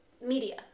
media